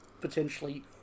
potentially